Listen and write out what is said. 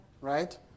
Right